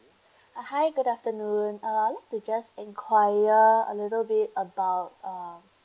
uh hi good afternoon uh I would like to just inquire a little bit about uh